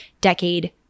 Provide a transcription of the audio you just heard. decade